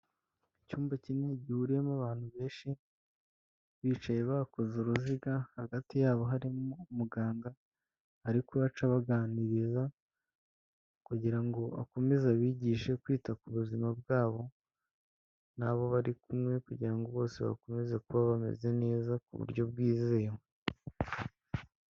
Icyumba kinini gihuriyemo abantu benshi bicaye bakoze uruziga hagati yabo harimo umuganga ari kubaca abaganiriza kugira ngo akomeze abigishe kwita ku buzima bwabo n'abo bari kumwe, kugira ngo bose bakomeze kuba bameze neza ku buryo bwizewe.